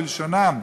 בלשונם,